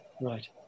Right